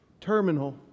terminal